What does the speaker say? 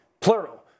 plural